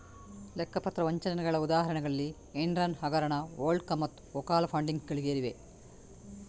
ಲೆಕ್ಕ ಪತ್ರ ವಂಚನೆಗಳ ಉದಾಹರಣೆಗಳಲ್ಲಿ ಎನ್ರಾನ್ ಹಗರಣ, ವರ್ಲ್ಡ್ ಕಾಮ್ಮತ್ತು ಓಕಾಲಾ ಫಂಡಿಂಗ್ಸ್ ಗೇರಿವೆ